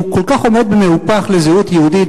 שהוא כל כך עומד במהופך לזהות יהודית,